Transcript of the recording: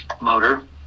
motor